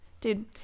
Dude